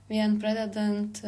vien pradedant